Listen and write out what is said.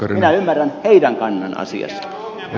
minä ymmärrän heidän kantansa asiassa